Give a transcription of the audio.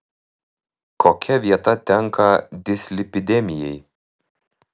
kokia vieta tenka dislipidemijai